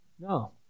No